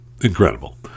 incredible